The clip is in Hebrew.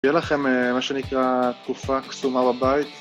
שתהיה לכם מה שנקרא תקופה קסומה בבית